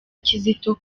kizito